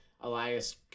Elias